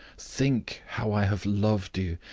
think how i have loved you!